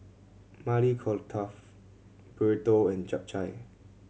Maili Kofta Burrito and Japchae